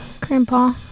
Grandpa